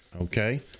okay